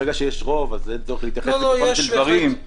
ברגע שיש רוב, אין צורך להתייחס לגופם של דברים.